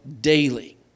daily